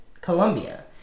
Colombia